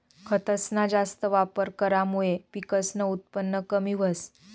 खतसना जास्त वापर करामुये पिकसनं उत्पन कमी व्हस